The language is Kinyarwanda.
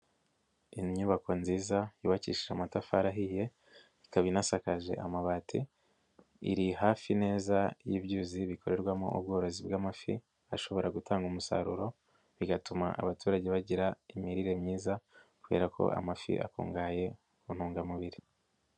Inyubako nziza yubakishije amatafari ahiye, ikaba inasakaje amabati. Iri hafi neza y'ibyuzi bikorerwamo ubworozi bw'amafi, ashobora gutanga umusaruro, bigatuma abaturage bagira imirire myiza, kubera ko amafi akungahaye ku ntungamubiri.